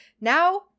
Now